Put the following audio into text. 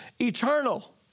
eternal